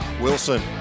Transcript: Wilson